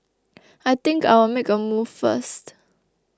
I think I'll make a move first